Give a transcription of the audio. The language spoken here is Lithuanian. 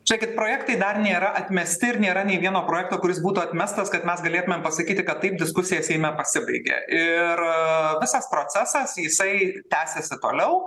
žėkit projektai dar nėra atmesti ir nėra nei vieno projekto kuris būtų atmestas kad mes galėtumėm pasakyti kad taip diskusija seime pasibaigė ir visas procesas jisai tęsiasi toliau